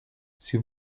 sie